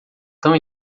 tão